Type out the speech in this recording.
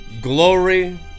Glory